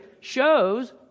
shows